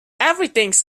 everything’s